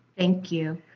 thank you.